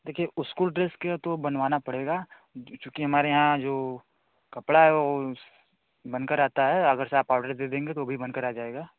देखिए school dress का तो बनवाना पड़ेगा चूँकि हमारे यहाँ जो कपड़ा है वह बनकर आता है अगर से आप ऑर्डर दे देंगे तो भी बनकर आ जाएगा